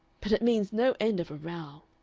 but it means no end of a row.